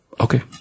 Okay